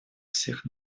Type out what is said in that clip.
всех